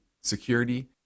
security